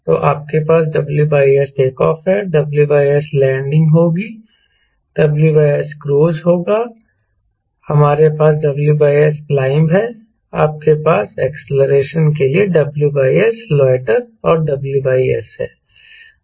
तो आपके पास WS टेक ऑफ है WS लैंडिंग होगी WS क्रूज होगा हमारे पास WS क्लाइंब है आपके पास एक्सेलेरेशन के लिए WS लोटर और WS है